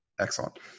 Excellent